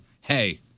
hey